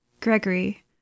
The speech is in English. Gregory